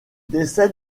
décède